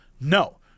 No